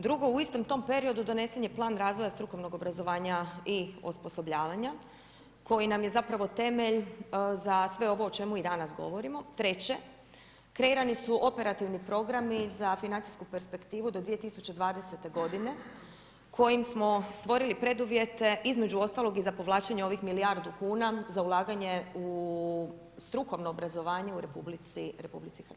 Drugo u istom tom periodu, donese je plan razvoja strukovnog obrazovanja i osposobljavanja, koji nam je zapravo temelj za sve ovo o čemu danas govorimo, treće kreirani su operativni programi za financijsku perspektivu do 2020. g. kojim smo stvorili preduvjete, između ostalog i za povlačenje ovih milijardu kuna za ulaganje u strukovno obrazovanje u RH.